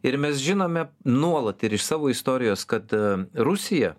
ir mes žinome nuolat ir iš savo istorijos kad rusija